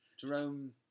Jerome